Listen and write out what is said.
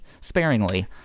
sparingly